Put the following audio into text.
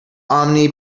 omni